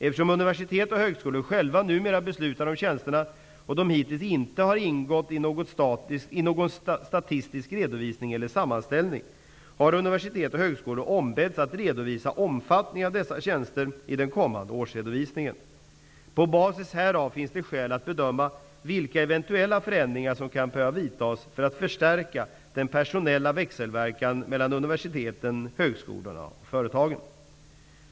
Eftersom universitet och högskolor själva beslutar om tjänsterna och de hittills inte har ingått i någon statistisk redovisning eller sammanställning, har universitet och högskolor ombetts att redovisa omfattningen av dessa tjänster i den kommande årsredovisningen. På basis härav finns det skäl att bedöma vilka eventuella förändringar som kan behöva vidtas för att förstärka den personella växelverkan mellan universiteten, högskolorna och företagen.